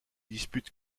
dispute